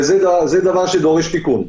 וזה דבר שדורש תיקון.